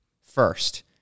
first